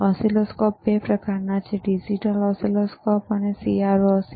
oscilloscope 2 પ્રકારના હોય છે એક ડિજિટલ ઓસિલોસ્કોપ છે એક સીઆરઓ છે